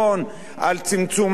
על צמצום הפערים,